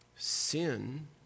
Sin